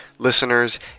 Listeners